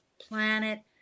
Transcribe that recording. planet